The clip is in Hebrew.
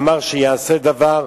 אמר שיעשה דבר.